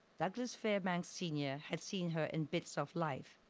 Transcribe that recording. douglas fairbanks sr. had seen her in bits of life